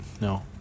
No